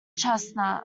chestnut